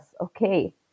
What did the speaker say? okay